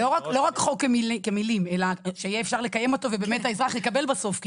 לא רק חוק כמילים אלא שיהיה אפשר לקיים אותו ובאמת האזרח יקבל בסוף,